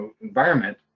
environment